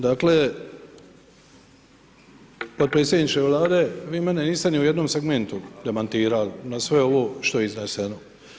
Dakle, potpredsjedniče Vlade, vi mene niste ni u jednom segmentu demantirali na sve ovo što je izneseno.